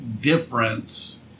difference